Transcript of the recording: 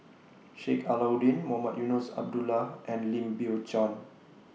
Sheik Alau'ddin Mohamed Eunos Abdullah and Lim Biow Chuan